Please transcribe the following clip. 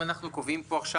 האם משלמים לו בזמן?